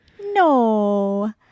no